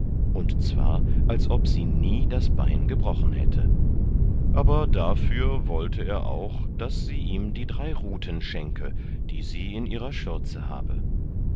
und zwar als ob sie nie das bein gebrochen hätte aber dafür wollte er auch daß sie ihm die drei ruten schenke die sie in ihrer schürze habe